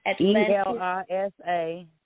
E-L-I-S-A